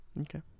Okay